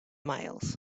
miles